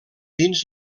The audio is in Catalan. dins